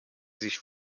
sich